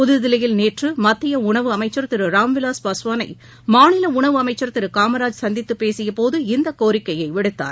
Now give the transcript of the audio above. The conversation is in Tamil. புதுதில்லியில் நேற்று மத்திய உணவு அமைச்சர் திரு ராம்விலாஸ் பாஸ்வானை மாநில உணவு அமைச்சர் திரு காமராஜ் சந்தித்துப் பேசிய போது இந்தக் கோரிக்கையை விடுத்தார்